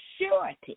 surety